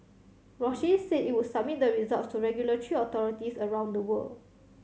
Roche said it would submit the results to regulatory authorities around the world